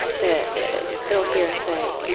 that they'll hear and say,